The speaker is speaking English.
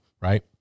right